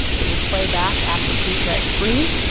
it will play back after preset three.